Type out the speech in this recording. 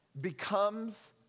becomes